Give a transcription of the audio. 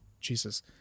Jesus